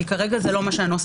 ולא כמו שזה מנוסח